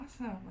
awesome